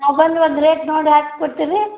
ಒಂದು ರೇಟ್ ನೋಡಿ ಹಾಕಿ ಕೊಡ್ತೀರಿ